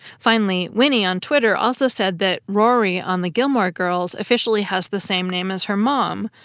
finally, winnie on twitter also said that rory on the gilmore girls officially has the same name as her mom,